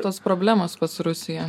tos problemos pats rusiją